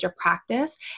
practice